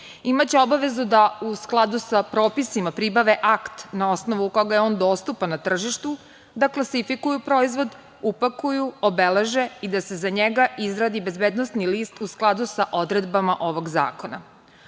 Imaće obavezu da u skladu sa propisima pribave akt na osnovu koga je on dostupan na tržištu, da klasifikuju proizvod, upakuju, obeleže i da se za njega izgradi bezbednosni list u skladu sa odredbama ovog zakona.